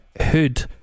Hood